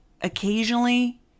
occasionally